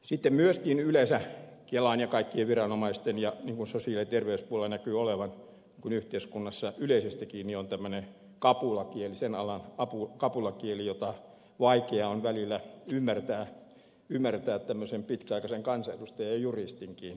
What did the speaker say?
sitten myöskin yleensä kelalla ja kaikilla viranomaisilla on niin kuin sosiaali ja terveyspuolella näkyy olevan kun yhteiskunnassa yleisestikin on tämmöinen sen alan kapulakieli jota on vaikea välillä ymmärtää tämmöisen pitkäaikaisen kansanedustaja juristinkin